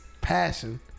passion